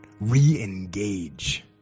re-engage